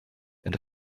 and